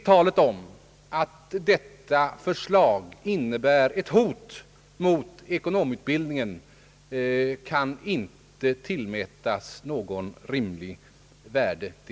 Talet om att förslaget innebär ett hot mot ekonomutbildningen kan inte tillmätas något egentligt värde.